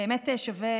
באמת שווה,